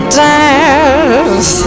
dance